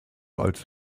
als